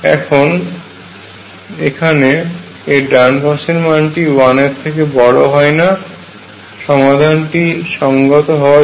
এখন এখানে এর ডানপাশের মানটি 1 এর থেকে বড় হয় না সমাধানটি সংগত হওয়ার জন্য